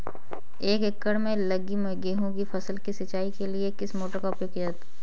एक एकड़ में लगी गेहूँ की फसल की सिंचाई के लिए किस मोटर का उपयोग करें?